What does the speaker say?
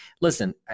listen